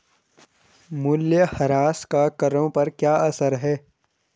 मूल्यह्रास का करों पर क्या असर है?